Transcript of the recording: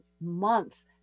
month